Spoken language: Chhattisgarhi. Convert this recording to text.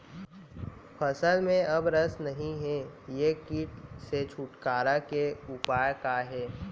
फसल में अब रस नही हे ये किट से छुटकारा के उपाय का हे?